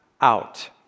out